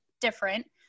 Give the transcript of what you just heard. different